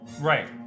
Right